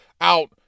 out